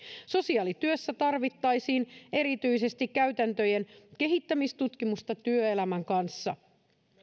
sosiaalityössä tarvittaisiin erityisesti käytäntöjen kehittämistutkimusta työelämän kanssa